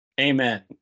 Amen